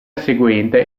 seguente